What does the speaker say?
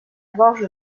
gorge